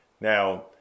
Now